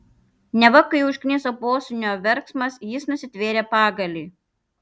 neva kai užkniso posūnio verksmas jis nusitvėrė pagalį